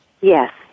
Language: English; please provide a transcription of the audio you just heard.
Yes